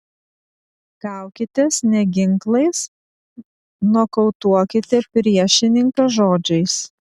kaukitės ne ginklais nokautuokite priešininką žodžiais